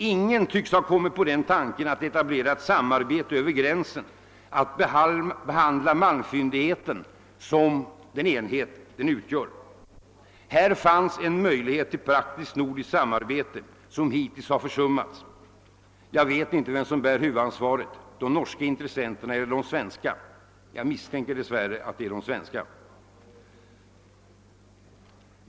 Ingen tycks ha kommit på den tanken att etablera ett samarbete över gränsen, att behandla malmfynden som den enhet de utgör. Här fanns en möjlighet till praktiskt nordiskt samarbete, som hittills har försummats. Jag vet inte vem som bär huvudansvaret — de norska intressenterna eller de svenska. Jag misstänker dess värre att det är de svenska.